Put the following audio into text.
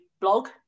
blog